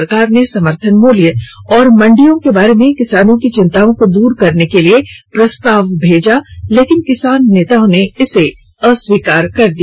सरकार ने समर्थन मूल्य और मंडियों के बारे में किसानों की चिंताओं को दूर करने के लिए प्रस्ताव भेजा लेकिन किसान नेताओं ने इसे अस्वीकार कर दिया